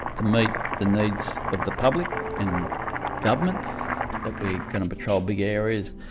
to meet the needs of the public and government that we're gonna patrol big areas.